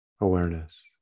awareness